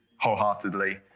wholeheartedly